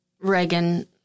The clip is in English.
Reagan